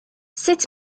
sut